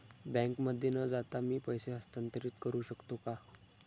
बँकेमध्ये न जाता मी पैसे हस्तांतरित करू शकतो का?